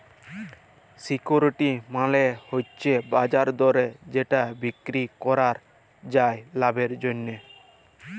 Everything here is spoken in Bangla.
সিকিউরিটি মালে হচ্যে বাজার দরে যেটা বিক্রি করাক যায় লাভের জন্যহে